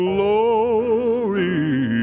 Glory